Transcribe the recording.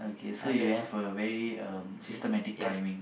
okay so you have a very um systematic timing